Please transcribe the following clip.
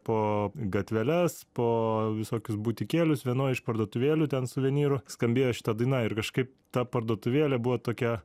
po gatveles po visokius butikėlius vienoj iš parduotuvėlių ten suvenyrų skambėjo šita daina ir kažkaip ta parduotuvėlė buvo tokia